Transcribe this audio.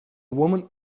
woman